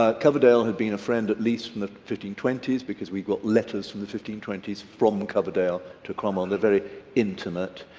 ah coverdale had been a friend at least from the fifteen twenty s because we got letters from the fifteen twenty s from coverdale to cromwell on their very intimate.